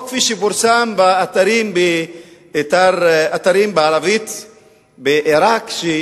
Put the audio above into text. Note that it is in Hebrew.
או, כפי שפורסם באתרים בערבית בעירק,